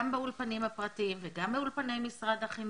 גם באולפנים הפרטיים וגם באולפני משרד החינוך,